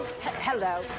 Hello